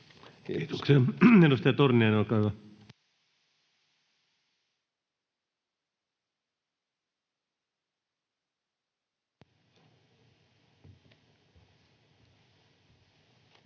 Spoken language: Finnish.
Kiitoksia. — Edustaja Torniainen, olkaa hyvä.